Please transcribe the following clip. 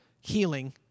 healing